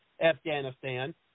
Afghanistan